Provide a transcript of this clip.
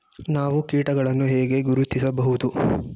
ನಾವು ಕೀಟಗಳನ್ನು ಹೇಗೆ ಗುರುತಿಸಬಹುದು?